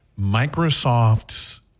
Microsoft's